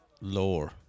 Lower